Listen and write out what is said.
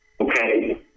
Okay